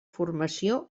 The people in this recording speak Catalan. formació